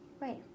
right